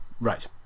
Right